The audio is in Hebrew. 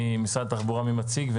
משרד התחבורה מי מציג?